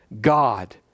God